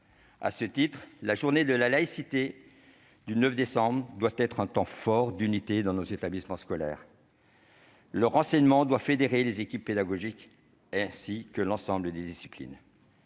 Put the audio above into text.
À cet égard, la journée de la laïcité, le 9 décembre, doit être un temps fort d'unité dans nos établissements scolaires. L'enseignement de ces valeurs doit fédérer les équipes pédagogiques et l'ensemble des disciplines.